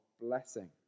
blessing